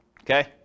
Okay